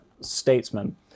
statesman